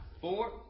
four